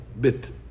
bit